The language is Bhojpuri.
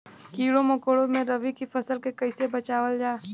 कीड़ों मकोड़ों से रबी की फसल के कइसे बचावल जा?